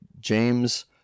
James